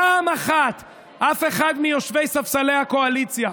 פעם אחת אף אחד מיושבי ספסלי הקואליציה,